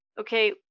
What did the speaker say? okay